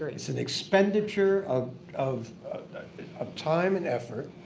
it's an expenditure of of ah time and effort